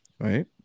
right